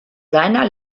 seiner